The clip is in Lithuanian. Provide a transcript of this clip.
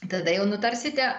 tada jau nutarsite